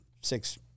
six